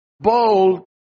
bold